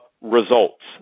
Results